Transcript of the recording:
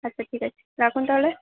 আচ্ছা ঠিক আছে রাখুন তাহলে